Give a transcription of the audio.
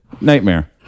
Nightmare